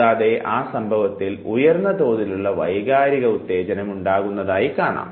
കൂടാതെ ആ സംഭവത്തിൽ ഉയർന്ന തോതിലുള്ള വൈകാരിക ഉത്തേജനം ഉണ്ടാകുന്നതായി കാണാം